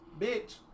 bitch